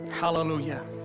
Hallelujah